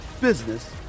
business